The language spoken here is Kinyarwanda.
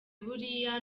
buriya